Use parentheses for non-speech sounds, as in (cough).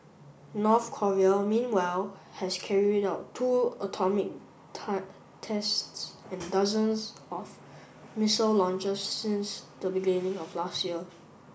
North Korea meanwhile has carried out two atomic (unintelligible) tests and dozens of missile launches since the beginning of last year